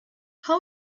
how